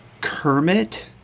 Kermit